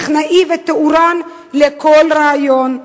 טכנאי ותאורן לכל ריאיון.